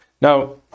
Now